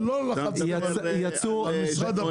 אבל לא לחצתם עליהם.